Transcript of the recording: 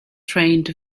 trained